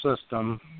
system